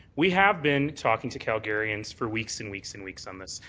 we have been talking to calgarians for weeks and weeks and weeks on this,